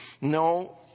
No